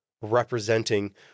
representing